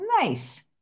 Nice